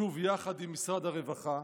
שוב, יחד עם משרד הרווחה,